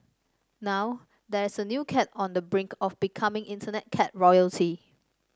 now there is a new cat on the brink of becoming Internet cat royalty